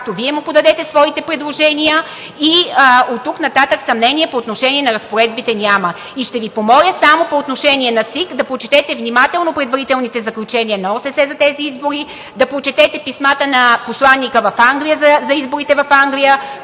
Вие му подадете своите предложения, оттук нататък съмнение по отношение на разпоредбите няма. И ще Ви помоля само по отношение на ЦИК да прочетете внимателно предварителните заключения на ОССЕ за тези избори, да прочетете писмата на посланика в Англия за изборите в Англия,